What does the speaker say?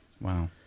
Wow